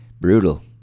Brutal